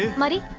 money.